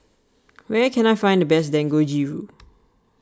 where can I find the best Dangojiru